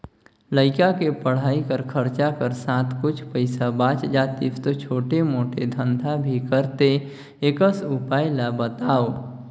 लइका के पढ़ाई कर खरचा कर साथ कुछ पईसा बाच जातिस तो छोटे मोटे धंधा भी करते एकस उपाय ला बताव?